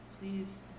please